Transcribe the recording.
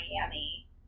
Miami